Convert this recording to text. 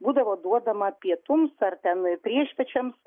būdavo duodama pietums ar ten priešpiečiams